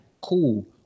cool